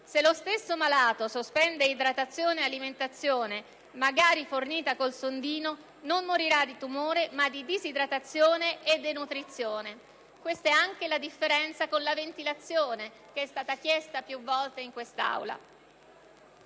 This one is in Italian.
se lo stesso malato sospende idratazione e alimentazione, magari fornita col sondino, non morirà di tumore, ma di disidratazione e denutrizione. Questa differenza vale anche per la ventilazione, di cui si è chiesto più volte in quest'Aula.